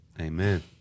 Amen